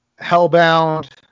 hellbound